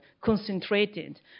concentrated